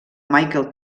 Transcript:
michael